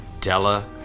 Della